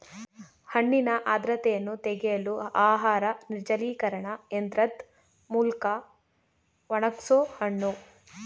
ಹಣ್ಣಿನ ಆರ್ದ್ರತೆಯನ್ನು ತೆಗೆಯಲು ಆಹಾರ ನಿರ್ಜಲೀಕರಣ ಯಂತ್ರದ್ ಮೂಲ್ಕ ಒಣಗ್ಸೋಹಣ್ಣು